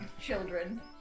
children